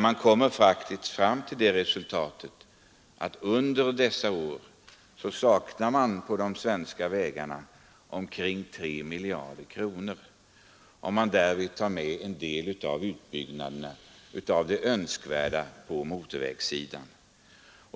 Man kommer faktiskt till resultatet att under dessa år har det för de svenska vägarna saknats omkring 3 miljarder kronor eller mer om man tar med en del av de önskvärda utbyggnaderna på motorvägssidan.